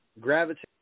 gravitate